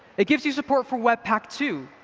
it gives you support for webpack two,